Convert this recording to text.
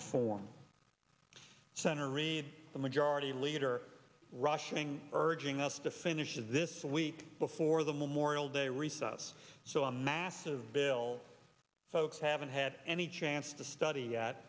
reform senator reid the majority leader rushing urging us to finish this week before the memorial day recess so a massive bill folks haven't had any chance to study yet